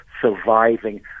surviving